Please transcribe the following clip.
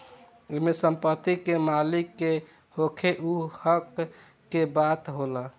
एमे संपत्ति के मालिक के होखे उ हक के बात होला